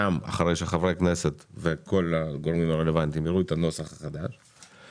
גם אחרי שחברי הכנסת וכל הגורמים הרלוונטיים יראו את הנוסח החדש.